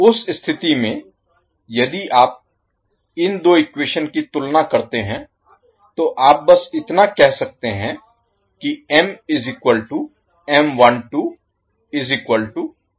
उस स्थिति में यदि आप इन दो इक्वेशन की तुलना करते हैं तो आप बस इतना कह सकते हैं कि